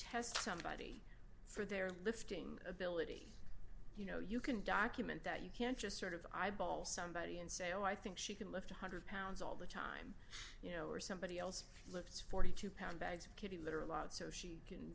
test somebody for their lifting ability you know you can document that you can't just sort of eyeball somebody and say oh i think she can lift one hundred pounds all the time you know or somebody else flips forty two pound bags of kitty litter a lot so she can